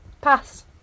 Pass